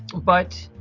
but